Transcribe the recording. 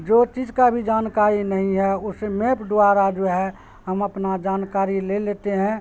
جو چیز کا بھی جانکاری نہیں ہے اسے میپ دوارا جو ہے ہم اپنا جانکاری لے لیتے ہیں